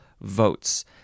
votes